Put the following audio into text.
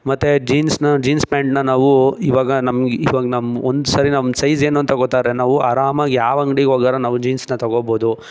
ಮತ್ತು ಜೀನ್ಸ್ನ ಜೀನ್ಸ್ ಪ್ಯಾಂಟ್ನಾ ನಾವು ಇವಾಗ ನಮ್ಮ ಇವಾಗ ನಮ್ಮ ಒಂದ್ಸಾರಿ ನಮ್ಮ ಸೈಜ್ ಏನೂಂತ ಗೊತ್ತಾದರೆ ನಾವು ಆರಾಮಾಗಿ ಯಾವ ಅಂಗ್ಡಿಗೆ ಹೋಗಿ ಆರೂ ನಾವು ಜೀನ್ಸ್ನ ತೊಗೋಬೋದು